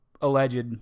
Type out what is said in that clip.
alleged